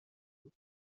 بود